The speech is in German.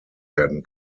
werden